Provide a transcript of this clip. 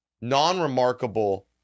non-remarkable